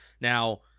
Now